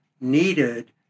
needed